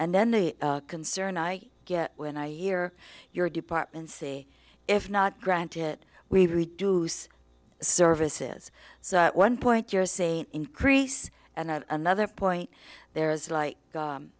and then the concern i get when i hear your department say if not granted we reduce services so one point you're saying increase and another point there is like